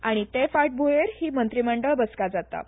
आनी ते फाटभुयेर ही मंत्रिमंडळ बसका जाता